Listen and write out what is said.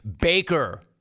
Baker